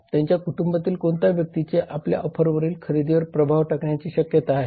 त्यांच्या कुटुंबातील कोणता व्यक्तीचे आपल्या ऑफरवरील खरेदीवर प्रभाव टाकण्याची शक्यता आहे